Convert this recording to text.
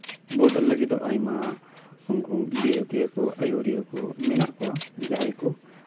ᱵᱚᱫᱚᱞ ᱞᱟᱹᱜᱤᱫ ᱛᱮᱫᱚ ᱟᱭᱢᱟ ᱵᱤᱨᱳᱫᱤᱭᱟᱹ ᱠᱚ ᱟᱹᱭᱩᱨᱤᱭᱟᱹ ᱠᱚ ᱢᱮᱱᱟᱜ ᱠᱚᱣᱟ ᱡᱟᱦᱟᱸᱭ ᱠᱚ